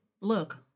look